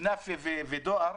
כנאפה ודואר,